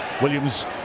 Williams